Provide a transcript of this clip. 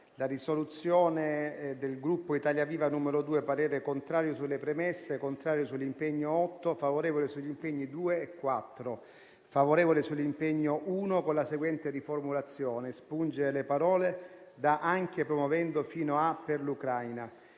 di risoluzione n. 2 del Gruppo Italia Viva esprimo parere contrario sulle premesse e contrario sull'impegno n. 8, favorevole sugli impegni n. 2 e n. 4, favorevole sull'impegno n. 1 con la seguente riformulazione: espungere le parole da "anche promuovendo" fino a "per l'Ucraina".